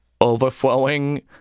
overflowing